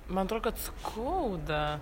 man atro kad skauda